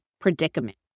predicament